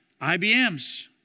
IBMs